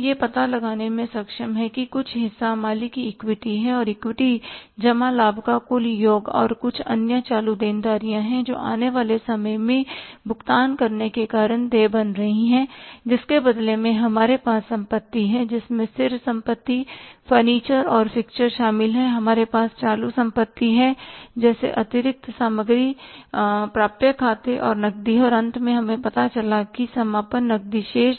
हम यह पता लगाने में सक्षम हैं कि कुछ हिस्सा मालिक की इक्विटी है और इक्विटी जमा लाभ का कुल योग और कुछ अन्य चालू देनदारियां हैं जो आने वाले समय में भुगतान करने के कारण देय बन रही हैं जिसके बदले में हमारे पास संपत्ति है जिसमें स्थिर संपत्ति फर्नीचर और फिक्स्चर शामिल है हमारे पास चालू संपत्ति जैसे अतिरिक्त सामग्री प्राप्य खाते और नकदी हैं और अंत में हमें पता चला कि समापन नकदी शेष